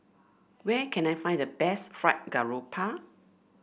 where can I find the best Fried Garoupa